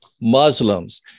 Muslims